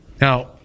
Now